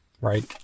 right